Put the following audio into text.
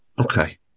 Okay